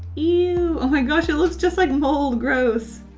oh my gosh, it looks just like mold. gross.